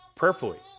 prayerfully